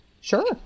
Sure